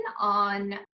on